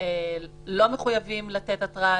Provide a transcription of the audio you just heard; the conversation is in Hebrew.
לא מחויבים לתת התראה.